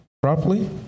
Properly